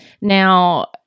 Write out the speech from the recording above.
Now